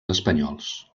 espanyols